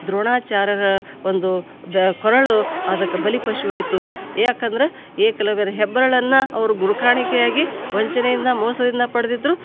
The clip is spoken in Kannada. ದ್ರೋಣಾಚಾರ್ಯರ ಒಂದು ದ ಕೊರಳು ಅದಕ್ಕೆ ಬಲಿಪಶು ಆಯಿತು ಯಾಕಂದ್ರೆ ಏಕಲವ್ಯನ ಹೆಬ್ಬೆರಳನ್ನು ಅವರು ಗುರುಕಾಣಿಕೆಯಾಗಿ ವಂಚನೆಯಿಂದ ಮೋಸದಿಂದ ಪಡೆದಿದ್ರು